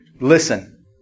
listen